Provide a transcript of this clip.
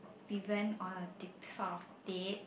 we went on a d~ sort of date